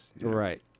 right